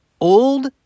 old